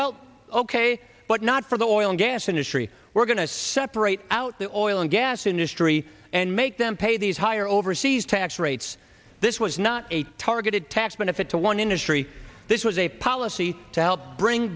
well ok but not for the oil and gas industry we're going to separate out the oil and gas industry and make them pay these higher overseas tax rates this was not a targeted tax benefit to one industry this was a policy to help bring